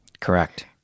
correct